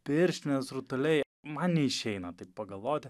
pirštinės rutuliai man neišeina taip pagalvoti